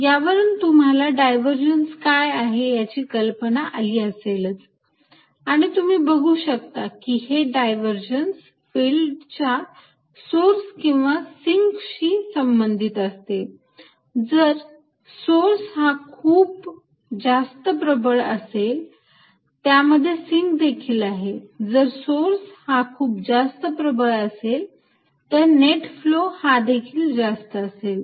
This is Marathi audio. यावरून तुम्हाला डायव्हर्जन्स काय आहे याची कल्पना आली असेलच आणि तुम्ही बघू शकता की हे डायव्हर्जन्स फिल्डच्या सोर्स किंवा सिंकशी संबंधित असते जर सोर्स हा खूप जास्त प्रबळ असेल त्यामध्ये सिंक देखील आहे जर सोर्स हा खूप जास्त प्रबळ असेल तर नेट फ्लो हा देखील जास्त असेल